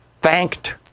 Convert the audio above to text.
thanked